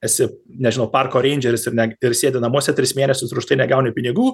esi nežinau parko reindžeris ir ne ir sėdi namuose tris mėnesius ir už tai negauni pinigų